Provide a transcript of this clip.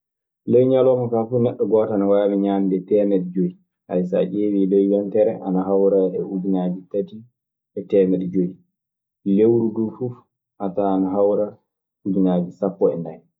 Ley ñalawma kaa fu, neɗɗo gooto ana waawi ñaande teemeɗɗi joy so a ƴeewii ley yontere ana hawra e ujunnaaji tati e teemeɗɗi joyi. Lewru duu fuf a tawan ana hawra ujunnaaji sappo e nay.